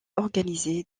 organisée